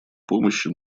помощи